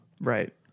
Right